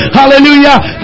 hallelujah